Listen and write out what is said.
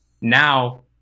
now